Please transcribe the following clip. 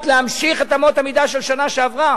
להמשיך את אמות המידה של השנה שעברה,